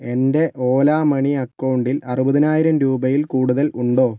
എൻ്റെ Ola Money അക്കൗണ്ടിൽ അറുപതിനായിരം രൂപയിൽ കൂടുതൽ ഉണ്ടോ